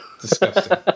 Disgusting